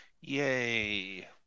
yay